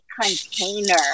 container